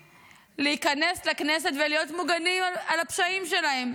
להיכנס לכנסת ולהיות מוגנים על הפשעים שלהם.